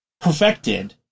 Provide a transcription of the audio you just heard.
perfected